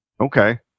Okay